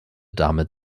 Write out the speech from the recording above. damit